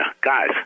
guys